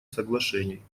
соглашений